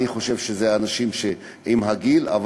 אני חושב שאלה אנשים שעם הגיל מתקשים לשמוע,